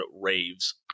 Raves